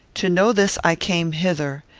to know this i came hither,